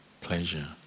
pleasure